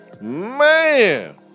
Man